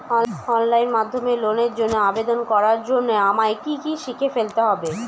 Online মাধ্যমে লোনের জন্য আবেদন করার জন্য আমায় কি কি শিখে ফেলতে হবে?